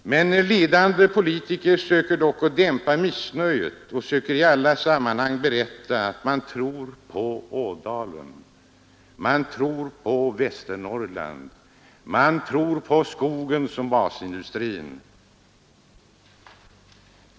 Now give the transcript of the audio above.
Ledande politiker söker dock att dämpa missnöjet och berättar i alla sammanhang att man tror på Ådalen. Man tror på Västernorrland. Man tror på skogen som basindustri i Norrland.